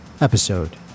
episode